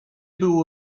był